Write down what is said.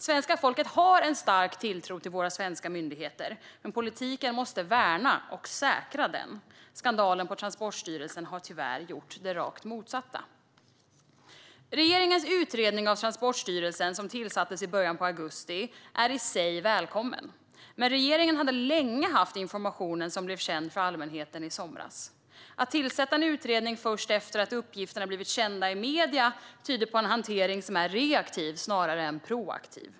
Svenska folket har en stark tilltro till våra svenska myndigheter, men politiken måste värna och säkra den. Skandalen på Transportstyrelsen har tyvärr gjort det rakt motsatta. Regeringens utredning av Transportstyrelsen, som tillsattes i början av augusti, är i sig välkommen. Men regeringen hade länge haft den information som blev känd för allmänheten i somras. Att tillsätta en utredning först efter att uppgifterna blivit kända i medierna tyder på en hantering som är reaktiv snarare än proaktiv.